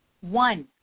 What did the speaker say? One